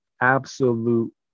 absolute